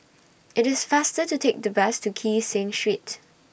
IT IS faster to Take The Bus to Kee Seng Street